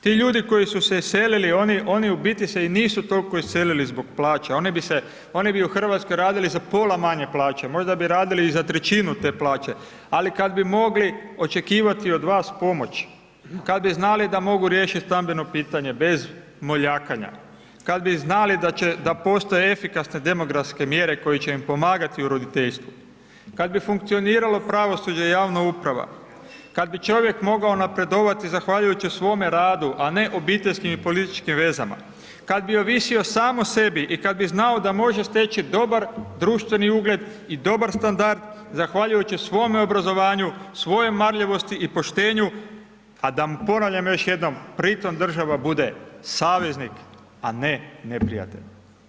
Ti ljudi koji su se iselili oni u biti se i nisu toliko iselili zbog plaća, oni bi se, oni bi u Hrvatskoj radili za pola manje plaće možda bi radili i za trećinu te plaće ali kad bi mogli očekivati od vas pomoć, kad bi znali da mogu riješiti stambeno pitanje bez moljakanja, kad bi znali da postoje efikasne demografske mjere koje će im pomagati u roditeljstvu, kad bi funkcioniralo pravosuđe i javna uprava, kad bi čovjek mogao napredovati zahvaljujući svome radu a ne obiteljskim i političkim vezama, kad bi ovisio sam o sebi i kad bi znao da može steći dobar društveni ugled i dobar standard zahvaljujući svome obrazovanju, svojoj marljivosti i poštenju, a da mu, ponavljam još jednom, pri tom država bude saveznik, a ne neprijatelj.